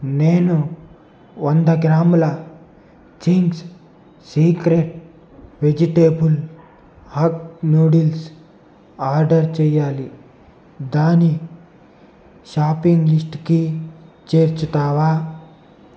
నేను వంద గ్రాముల Ching's secret vegetable hakka noodles order చేయాలి దాన్ని షాపింగ్ లిస్టుకి చేర్చుతావా